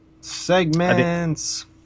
Segments